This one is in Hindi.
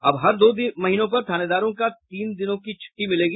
अब हर दो महीनों पर थानेदारों का तीन दिनों की छूट्टी मिलेगी